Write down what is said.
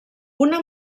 una